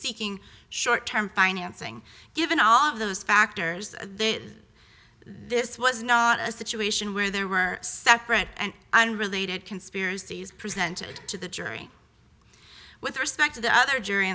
seeking short term financing given all of those factors there this was not a situation where there were separate and unrelated conspiracies presented to the jury with respect to the other jury